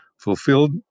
fulfilled